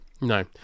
no